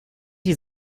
die